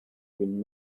been